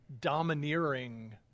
domineering